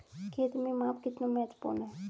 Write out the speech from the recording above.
खेत में माप कितना महत्वपूर्ण है?